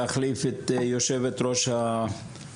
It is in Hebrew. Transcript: אני נתבקשתי להחליף את יושבת ראש הוועדה,